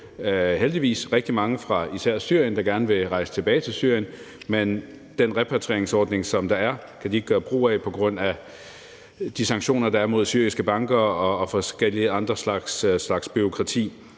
heldigvis rigtig mange fra især Syrien, der gerne vil rejse tilbage til Syrien, men den repatrieringsordning, som der er, kan de ikke gøre brug af på grund af de sanktioner, der er mod syriske banker og forskellige andre slags bureaukrati.